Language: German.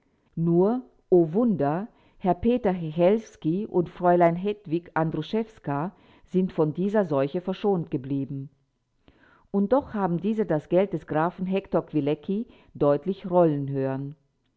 nur o wunder herr peter hechelski und fräulein hedwig andruszewska sind von dieser seuche verschont geblieben und doch haben diese das geld des grafen hektor kwilecki deutlich rollen hören